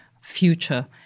future